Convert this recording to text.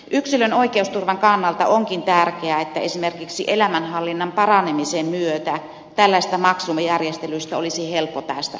yksilön oikeusturvan kannalta onkin tärkeää että esimerkiksi elämänhallinnan paranemisen myötä tällaisista maksujärjestelyistä olisi helppo päästä eroon